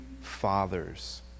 fathers